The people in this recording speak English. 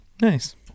Nice